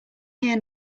here